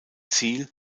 ziel